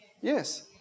Yes